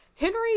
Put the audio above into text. Henry